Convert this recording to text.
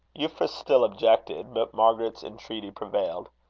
euphra still objected, but margaret's entreaty prevailed.